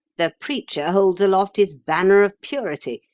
the preacher holds aloft his banner of purity.